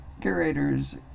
curators